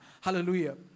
Hallelujah